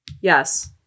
Yes